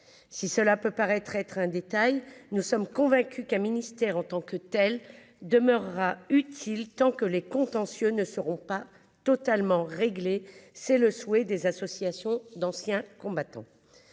si cela peut paraître être un détail : nous sommes convaincus qu'un ministère en tant que tel demeurera utile tant que les contentieux ne seront pas totalement réglé, c'est le souhait des associations d'anciens combattants